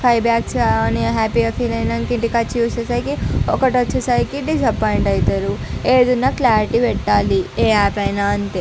five bags ఆ అని హ్యాపీగా ఫీల్ అయినాక ఇంటికి వచ్చి చూసేసరికి ఒకటి వచ్చేసరికి డిసప్పాయింట్ అవుతారు ఏది ఉన్న క్లారిటీ పెట్టాలి ఏ యాప్ అయిన అంతే